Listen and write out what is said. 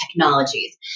technologies